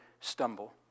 stumble